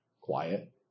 Quiet